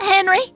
Henry